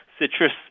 citrus